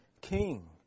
king